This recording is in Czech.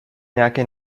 nějakej